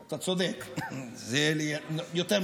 אתה צודק, זה יותר מדויק.